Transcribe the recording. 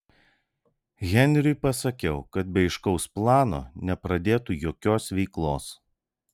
henriui pasakiau kad be aiškaus plano nepradėtų jokios veiklos